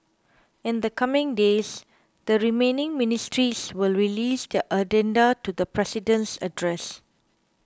in the coming days the remaining ministries will release their addenda to the President's address